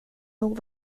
nog